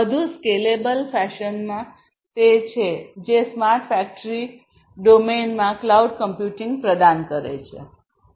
વધુ સ્કેલેબલ ફેશનમાં તે છે જે સ્માર્ટ ફેક્ટરી ડોમેનમાં ક્લાઉડ કમ્પ્યુટિંગ પ્રદાન કરે છે